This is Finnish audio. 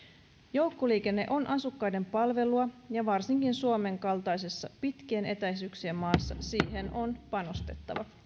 joukkoliikenne on asukkaiden palvelua ja varsinkin suomen kaltaisessa pitkien etäisyyksien maassa siihen on panostettava